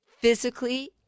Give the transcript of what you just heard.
physically